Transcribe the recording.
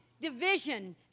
division